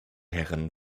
herren